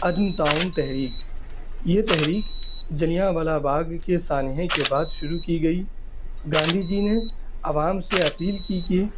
عدم تعاون تحریک یہ تحریک جالیان والا باغ کے سانحے کے بعد شروع کی گئی گاندھی جی نے عوام سے اپیل کی کہ